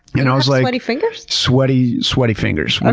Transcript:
you know like sweaty fingers? sweaty, sweaty fingers.